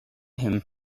him